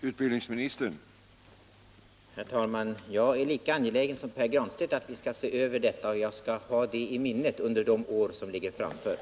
Herr talman! Jag är lika angelägen som Pär Granstedt om att vi skall se över detta, och jag skall ha det i minnet under de framförliggande åren.